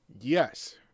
Yes